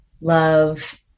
love